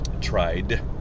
tried